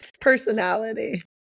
personality